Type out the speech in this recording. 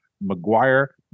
Maguire